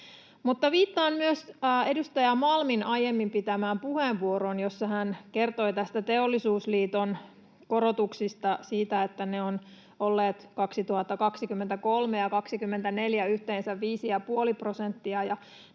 viittaan myös edustaja Malmin aiemmin pitämään puheenvuoroon, jossa hän kertoi Teollisuusliiton korotuksista, siitä, että ne ovat olleet vuosina 2023 ja 2024 yhteensä 5,5 prosenttia.